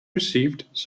received